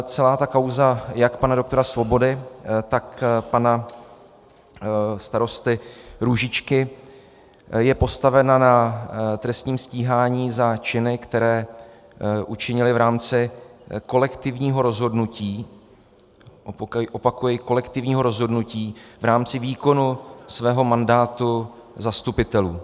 Celá ta kauza jak pana doktora Svobody, tak pana starosty Růžičky je postavena na trestním stíhání za činy, které učinili v rámci kolektivního rozhodnutí opakuji, kolektivního rozhodnutí v rámci výkonu svého mandátu zastupitelů.